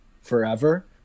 forever